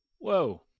Whoa